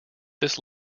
this